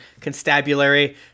constabulary